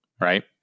right